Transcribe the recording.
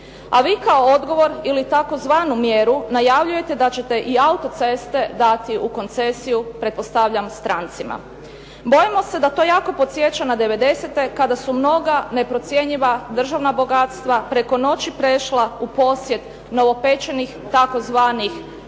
A vi kao odgovor ili tzv. mjeru najavljujete da ćete i autoceste dati u koncesiju pretpostavljam strancima. Bojimo se da to jako podsjeća na '90.-te kada su mnoga neprocjenjiva državna bogatstva preko noći prešla u posjed novopečenih tzv.